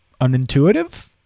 unintuitive